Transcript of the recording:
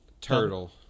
Turtle